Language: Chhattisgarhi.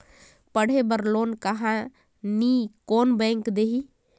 पढ़े बर लोन कहा ली? कोन बैंक देही?